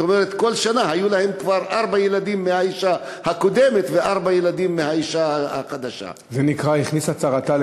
היו להם כבר ארבעה ילדים מהאישה הקודמת וארבעה ילדים מהאישה החדשה.